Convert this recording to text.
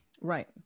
Right